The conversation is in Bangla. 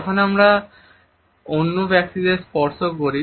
যখন আমরা অন্য ব্যক্তিদের স্পর্শ করি